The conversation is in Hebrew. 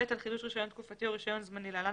על חידוש רישיון תקופתי או רישיון זמני (להלן